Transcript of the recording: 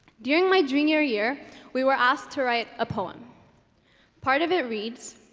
during my junior year we were asked to write a poem part of it reads